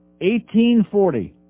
1840